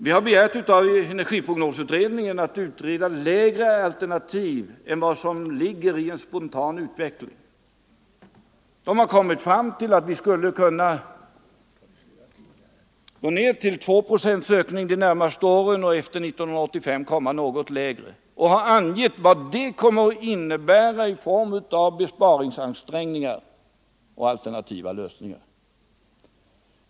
Vi har begärt av energiprognosutredningen att den skall utreda lägre alternativ än vad som ligger i en spontan utveckling. Utredningen har kommit fram till att vi skulle kunna gå ner till 2 procents ökning de närmaste åren och efter 1985 komma något lägre, och den har angett vad det kommer att innebära i form av besparingsansträngningar och alternativa lösningar.